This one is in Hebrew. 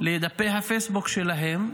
בדפי הפייסבוק שלהם,